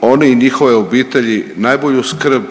oni i njihove obitelji najbolju skrb,